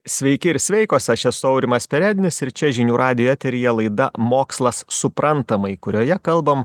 sveiki ir sveikos aš esu aurimas perednis ir čia žinių radijo eteryje laida mokslas suprantamai kurioje kalbam